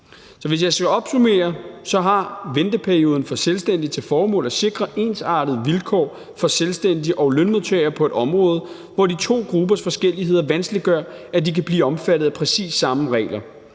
Så hvis jeg skal opsummere, har venteperioden for selvstændige til formål at sikre ensartede vilkår for selvstændige og lønmodtagere på et område, hvor de to gruppers forskelligheder vanskeliggør, at de kan blive omfattet af præcis samme regler.